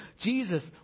Jesus